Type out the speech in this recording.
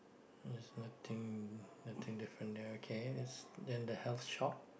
there's nothing nothing different there okay there's then the health shop